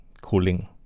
cooling